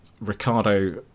Ricardo